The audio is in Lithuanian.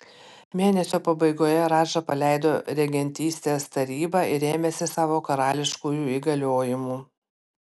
mėnesio pabaigoje radža paleido regentystės tarybą ir ėmėsi savo karališkųjų įgaliojimų